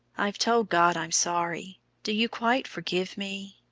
i've told god i'm sorry do you quite forgive me?